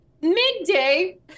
midday